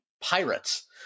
pirates